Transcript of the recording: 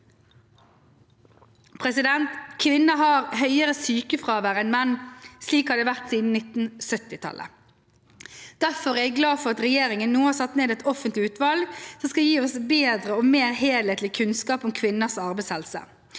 rapporten. Kvinner har høyere sykefravær enn menn. Slik har det vært siden 1970-tallet. Derfor er jeg glad for at regjeringen nå har satt ned et offentlig utvalg som skal gi oss bedre og mer helhetlig kunnskap om kvinners arbeidshelse.